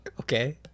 Okay